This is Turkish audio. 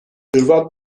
hırvat